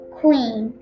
queen